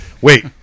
Wait